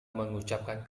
mengucapkan